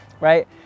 Right